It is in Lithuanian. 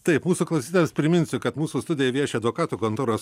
taip mūsų klausytojams priminsiu kad mūsų studijoj vieši advokatų kontoros